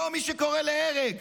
לא מי שקורא להרג,